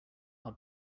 our